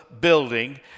building